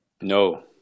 No